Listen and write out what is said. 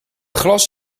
glas